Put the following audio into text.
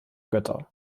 götter